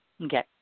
Okay